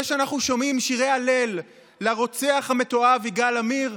זה שאנחנו שומעים שירי הלל לרוצח המתועב יגאל עמיר,